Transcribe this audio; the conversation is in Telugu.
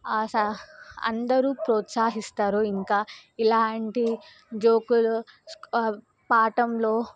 ఆ స అందరూ ప్రోత్సహిస్తారు ఇంకా ఇలాంటి జోకులు పాఠంలో